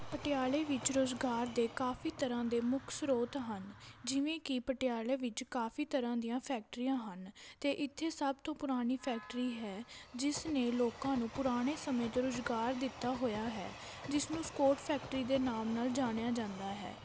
ਪਟਿਆਲੇ ਵਿੱਚ ਰੁਜ਼ਗਾਰ ਦੇ ਕਾਫੀ ਤਰ੍ਹਾਂ ਦੇ ਮੁੱਖ ਸਰੋਤ ਹਨ ਜਿਵੇਂ ਕਿ ਪਟਿਆਲੇ ਵਿੱਚ ਕਾਫੀ ਤਰ੍ਹਾਂ ਦੀਆਂ ਫੈਕਟਰੀਆਂ ਹਨ ਅਤੇ ਇੱਥੇ ਸਭ ਤੋਂ ਪੁਰਾਣੀ ਫੈਕਟਰੀ ਹੈ ਜਿਸਨੇ ਲੋਕਾਂ ਨੂੰ ਪੁਰਾਣੇ ਸਮੇਂ 'ਚ ਰੁਜ਼ਗਾਰ ਦਿੱਤਾ ਹੋਇਆ ਹੈ ਜਿਸਨੂੰ ਸਕੋਟ ਫੈਕਟਰੀ ਦੇ ਨਾਮ ਨਾਲ ਜਾਣਿਆ ਜਾਂਦਾ ਹੈ